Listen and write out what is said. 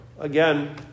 Again